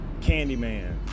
Candyman